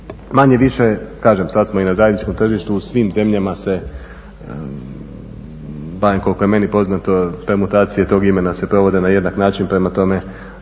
Manje-više kažem sad smo i na zajedničkom tržištu. U svim zemljama se barem koliko je meni poznato permutacije tog imena se provode na jednak način, prema tome